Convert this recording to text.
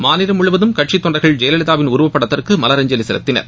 மாநிலம் முழுவதும் கட்சித் தொண்டர்கள் ஜெயலலிதாவின் உருவப்படத்திற்கு மலரஞ்சலி செலுத்தினர்